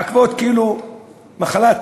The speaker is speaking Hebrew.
כאילו בגלל מחלת